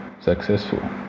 successful